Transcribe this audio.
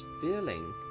feeling